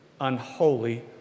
unholy